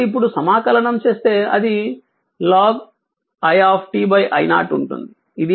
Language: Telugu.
కాబట్టి ఇప్పుడు సమాకలనం చేస్తే అది ln i I0 ఉంటుంది